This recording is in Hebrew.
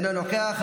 אחרי הדיון האישי.